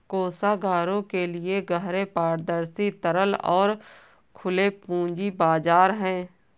कोषागारों के लिए गहरे, पारदर्शी, तरल और खुले पूंजी बाजार हैं